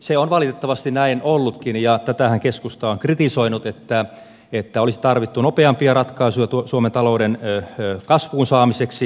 se on valitettavasti näin ollutkin ja tätähän keskusta on kritisoinut että olisi tarvittu nopeampia ratkaisuja suomen talouden kasvuun saamiseksi